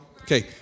Okay